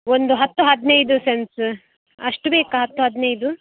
ಒಂದು ಹತ್ತು ಹದಿನೈದು ಸೆನ್ಸ್ ಅಷ್ಟು ಬೇಕಾ ಹತ್ತು ಹದಿನೈದು